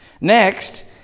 Next